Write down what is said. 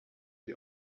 die